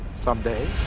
someday